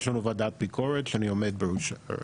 יש לנו ועדת ביקורת שאני עומד בראשה,